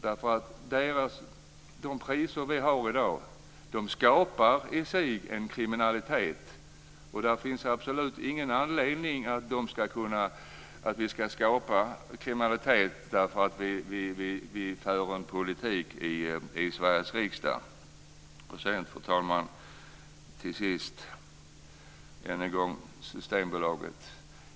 De priser vi har i dag skapar i sig en kriminalitet, och det finns absolut ingen anledning att vi ska skapa kriminalitet därför att vi för en politik i Till sist, fru talman, återigen till Systembolaget.